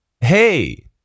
hey